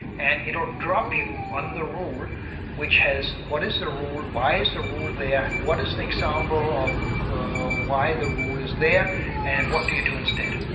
and it will drop you on the rule which has what is the rule, why is the rule there, what is an example of why the rule is there and what do you do instead?